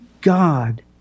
God